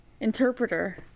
interpreter